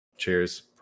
Cheers